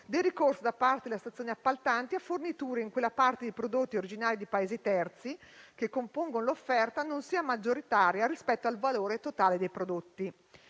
del ricorso, da parte delle stazioni appaltanti, a forniture, in quella parte di prodotti originari di Paesi terzi che compongono l'offerta, che non sia maggioritaria rispetto al valore totale dei prodotti.